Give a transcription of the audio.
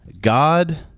God